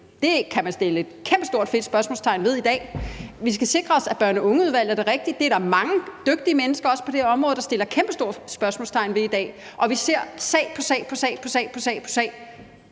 Det kan man sætte et kæmpestort, fedt spørgsmålstegn ved i dag. Vi skal sikre os, at børn og unge-udvalget er det rigtige. Det er der mange dygtige mennesker, også på det område, der sætter kæmpestore spørgsmålstegn ved i dag, og vi ser sag på sag, hvor ganske